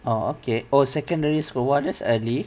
oh okay oh secondary school !whoa! that's early